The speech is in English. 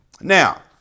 Now